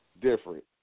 different